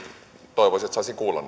toivoisin että saisin kuulla